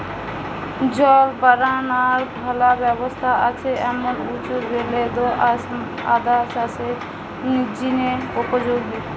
জল বারানার ভালা ব্যবস্থা আছে এমন উঁচু বেলে দো আঁশ আদা চাষের জিনে উপযোগী